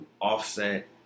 Offset